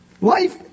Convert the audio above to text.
Life